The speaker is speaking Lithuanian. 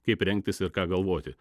kaip rengtis ir ką galvoti